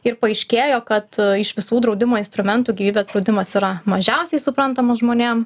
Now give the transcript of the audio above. ir paaiškėjo kad iš visų draudimo instrumentų gyvybės draudimas yra mažiausiai suprantamas žmonėm